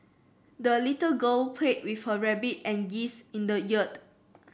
the little girl played with her rabbit and geese in the yard